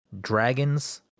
Dragons